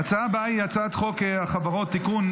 ההצעה הבאה היא הצעת חוק החברות (תיקון,